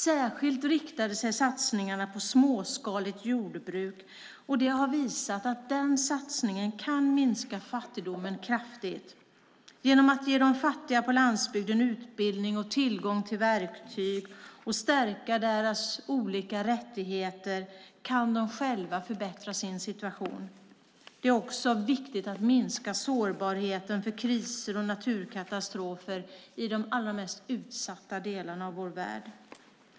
Särskilt riktade sig satsningarna på småskaligt jordbruk, och det har visat sig att den satsningen kan minska fattigdomen kraftigt. Genom att ge de fattiga på landsbygden utbildning och tillgång till verktyg samt stärka deras olika rättigheter kan de själva förbättra sin situation. Det är också viktigt att minska sårbarheten för kriser och naturkatastrofer i de allra mest utsatta delarna av vår värld.